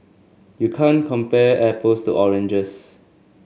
you can't compare apples to oranges